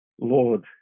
Lord